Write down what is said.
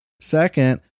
second